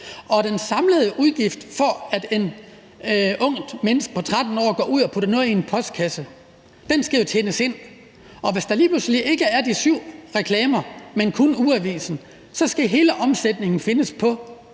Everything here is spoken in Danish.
om. Den samlede udgift til, at et ungt menneske på 13 år går ud og putter noget i en postkasse, skal jo tjenes ind, og hvis der lige pludselig ikke er de syv reklamer, men kun ugeavisen, så skal hele omsætningen findes på